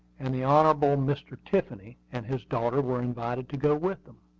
and the hon. mr. tiffany and his daughter were invited to go with them.